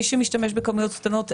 מי שמשתמש בכמויות קטנות,